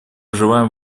желаем